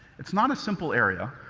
it's not a simple area,